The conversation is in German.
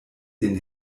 den